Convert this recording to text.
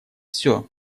все